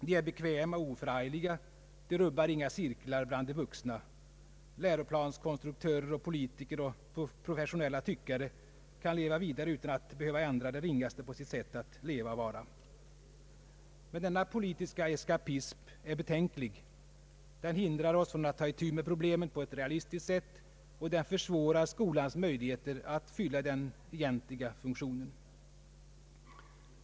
De är bekväma och oförargliga, rubbar inga cirklar bland de vuxna. Läroplanskonstruktörer, politiker och professionella tyckare kan leva vidare utan att behöva ändra det ringaste på sitt sätt att leva och vara. Men denna politiska eskapism är betänklig; den hindrar oss från att ta itu med problemen på ett realistiskt sätt, och den försvårar skolans möjlighet att fylla sin egentliga funktion.